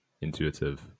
intuitive